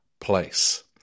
place